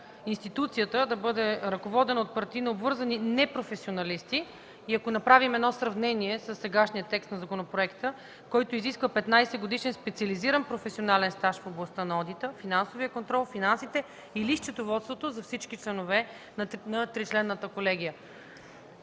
институцията да бъде ръководена от партийно обвързани непрофесионалисти – ако направим сравнение със сегашния текст на законопроекта, който изисква петнадесетгодишен специализиран професионален стаж в областта на одита, финансовия контрол, финансите или счетоводството за всички членове на тричленната колегия.